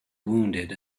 wounded